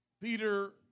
Peter